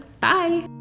Bye